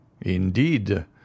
Indeed